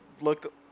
look